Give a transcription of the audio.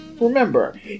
remember